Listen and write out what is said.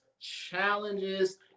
challenges